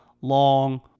long